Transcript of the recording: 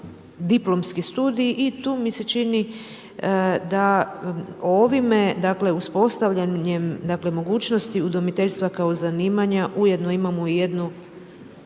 diplomski studij i tu mi se čini da ovime dakle, uspostavljanjem mogućnosti udomiteljstva kao zanimanja, ujedno imamo i jednu